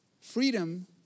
freedom